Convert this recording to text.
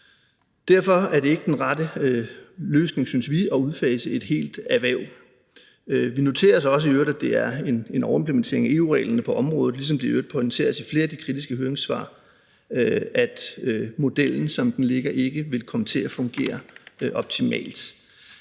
Derfor er det ikke den rette løsning, synes vi, at udfase et helt erhverv. Vi noterer os i øvrigt også, at det er en overimplementering af EU-reglerne på området, ligesom det i øvrigt pointeres i flere af de kritiske høringssvar, at modellen, som den ligger, ikke vil komme til at fungere optimalt.